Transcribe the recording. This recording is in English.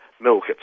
milk